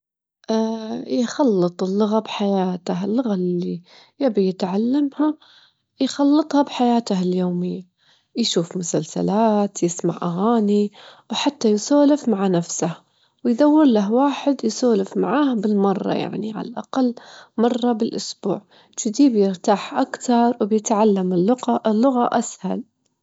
راح أجدم في المسابقة طبق خليجي تقليدي بس بطريقة- طريقة أنا أكون مبتكرتها، يعني متل إني أجدم المحشي باللحم والمكسرات، وأسوي له صلصة خاصة، عشان أعتقد هذا الطبق بيعجب الحكام.